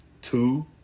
Two